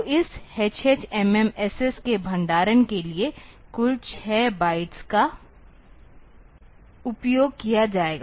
तो इस hh mm ss के भंडारण के लिए कुल 6 बाइट्स का उपयोग किया जाएगा